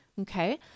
okay